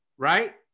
Right